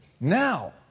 Now